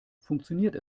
funktioniert